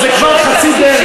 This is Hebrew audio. וגם חברת הכנסת לבני.